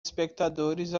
espectadores